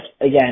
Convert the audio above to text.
again